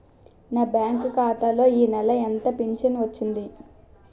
నా బ్యాంక్ ఖాతా లో ఈ నెల ఎంత ఫించను వచ్చింది?